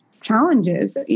challenges